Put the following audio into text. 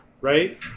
right